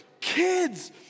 kids